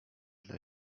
dla